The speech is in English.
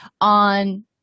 on